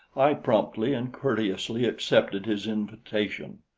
i promptly and courteously accepted his invitation.